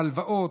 ההלוואות.